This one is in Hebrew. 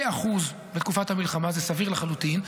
כאחוז, בתקופת המלחמה, זה סביר לחלוטין.